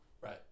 Right